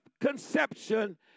conception